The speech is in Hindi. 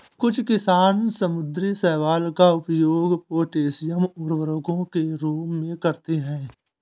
कुछ किसान समुद्री शैवाल का उपयोग पोटेशियम उर्वरकों के रूप में करते हैं